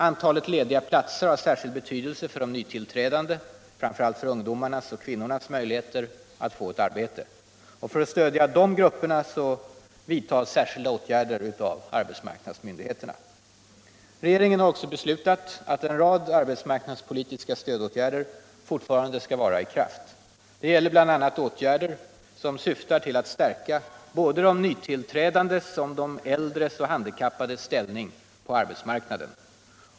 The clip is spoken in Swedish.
Antalet lediga platser har särskild betydelse för de nytillträdandes — främst ungdomars och kvinnors — möjligheter att få ett arbete. För att stödja dessa grupper vidtas särskilda åtgärder av arbetsmarknadsmyndigheterna. Regeringen har också beslutat att en rad arbetsmarknadspolitiska stödåtgärder fortfarande skall vara i kraft. Bl. a. gäller detta åtgärder som syftar till att stärka såväl de nytillträdandes som de äldres och handikappades ställning på arbetsmarknaden.